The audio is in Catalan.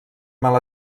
mal